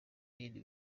bindi